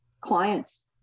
clients